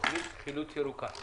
תוכנית חילוץ ירוקה.